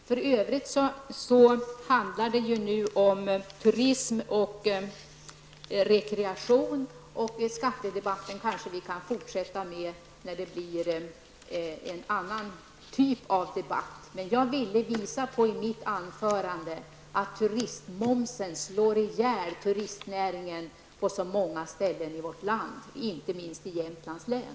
För övrigt handlar det nu om turism och rekreation. Vi kan kanske fortsätta skattedebatten när det gäller andra typer av ärenden. Jag ville i mitt anförande visa att turistmomsen slår ihjäl turistnäringen på många ställen i vårt land, inte minst i Jämtlands län.